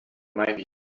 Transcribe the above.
might